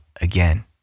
again